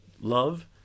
love